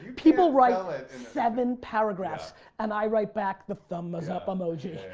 people write seven paragraphs and i write back the thumbs up emoji.